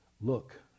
look